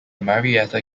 marietta